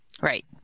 Right